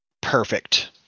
perfect